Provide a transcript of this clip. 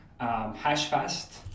HashFast